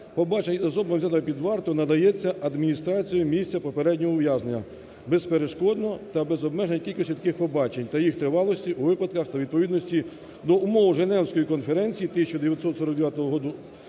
побачення з особами, взятими під варту, надається адміністрацією місця попереднього ув'язнення безперешкодно та без обмежень в кількості таких побачень та їх тривалості у випадках та у відповідності до умов Женевської конференції 1949 року